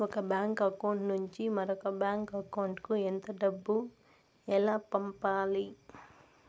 ఒక bank account నుంచి మరొక బ్యాంకు అకౌంట్ కు ఎంత డబ్బు ఎలా పంపాలి